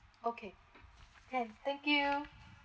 okay can thank you